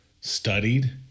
studied